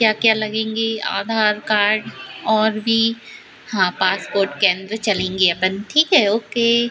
क्या क्या लगेंगे आधार कार्ड और भी हाँ पासपोर्ट केन्द्र चलेंगे अपन ठीक है ओके